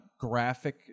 Graphic